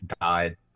died